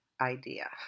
idea